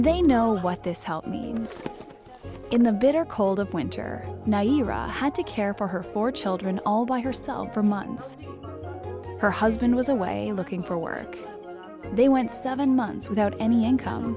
they know what this help means in the bitter cold of winter how to care for her four children all by herself for months her husband was away looking for work they went seven months without any